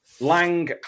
Lang